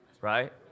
right